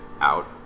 out